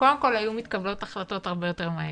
קודם כל היו מתקבלות החלטות הרבה יותר מהר,